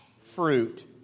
fruit